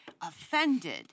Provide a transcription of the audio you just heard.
offended